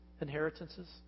inheritances